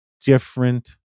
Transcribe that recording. different